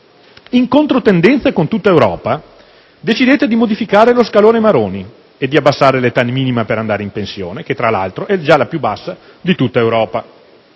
In controtendenza con tutta l'Europa, decidete di modificare lo scalone Maroni e di abbassare l'età minima per andare in pensione, che tra l'altro era già la più bassa di tutta Europa.